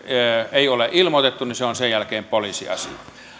ei ole ilmoitettu niin se on sen jälkeen poliisiasia